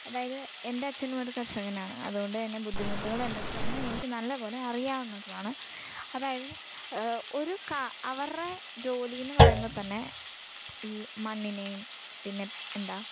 അതായത് എൻ്റെ അച്ഛനും ഒരു കർഷകനാണ് അതുകൊണ്ട് തന്നെ ബുദ്ധിമുട്ടുകൾ എന്തൊക്കെയാണെന്ന് എനിക്ക് നല്ലതു പോലെ അറിയാവുന്നതുമാണ് അതായത് ഒരു ക അവരുടെ ജോലിയെന്ന് പറയുമ്പോൾ തന്നെ ഈ മണ്ണിനെയും പിന്നെ എന്താ